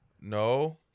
no